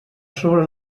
sobre